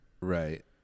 Right